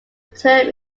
term